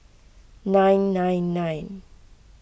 nine nine nine